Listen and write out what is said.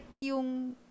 yung